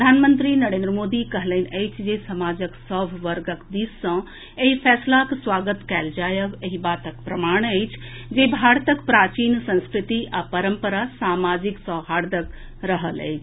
प्रधानमंत्री नरेन्द्र मोदी कहलनि अछि जे समाजक सभ वर्गक दिस सॅ एहि फैसलाक स्वागत कयल जायब एहि बातक प्रमाण अछि जे भारतक प्राचीन संस्कृति आ परंपरा सामाजिक सौहार्दक रहल अछि